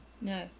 No